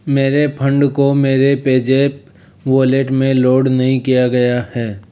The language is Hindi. मेरे फ़ंड को मेरे पेज़ैप वॉलेट में लोड नहीं किया गया है